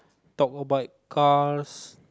talk about cars